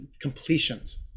completions